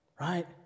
Right